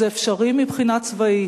זה אפשרי מבחינה צבאית.